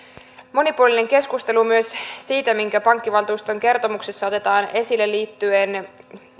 monipuolinen keskustelu myös siitä mikä pankkivaltuuston kertomuksessa otetaan esille liittyen